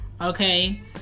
okay